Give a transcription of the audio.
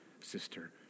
sister